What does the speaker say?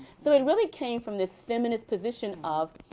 so it really came from this feminist position of,